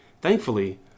Thankfully